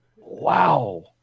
Wow